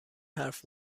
حرف